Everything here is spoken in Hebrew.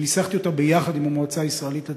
שניסחתי אותה ביחד עם המועצה הישראלית לצרכנות.